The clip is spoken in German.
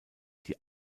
die